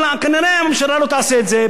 אבל כנראה הממשלה לא תעשה את זה,